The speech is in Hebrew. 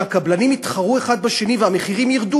שהקבלנים יתחרו אחד בשני והמחירים ירדו,